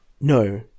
No